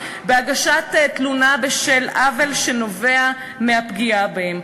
בהגשת תלונה בשל עוול שנובע מהפגיעה בהם.